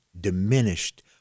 diminished